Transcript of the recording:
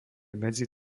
medzi